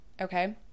okay